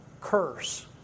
curse